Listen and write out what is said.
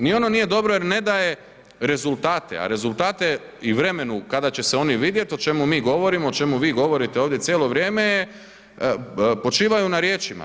Ni ono nije dobro jer ne daje rezultate, a rezultate i vremenu kada će se oni vidjet, o čemu mi govorimo, o čemu vi govorite ovdje cijelo vrijeme je počivaju na riječima.